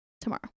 tomorrow